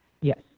Yes